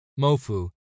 Mofu